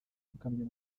tukamenya